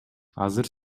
азыр